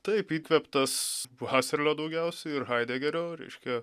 taip įkvėptas haserlio daugiausiai ir haidegerio reiškia